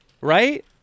right